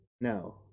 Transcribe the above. No